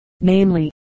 namely